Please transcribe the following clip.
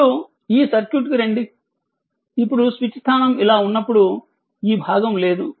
ఇప్పుడు ఈ సర్క్యూట్కు రండి ఇప్పుడు స్విచ్ స్థానం ఇలా ఉన్నప్పుడు ఈ భాగం లేదు